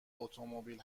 اتومبیل